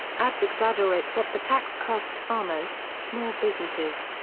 ads exaggerate what the tax costs farmers, small businesses,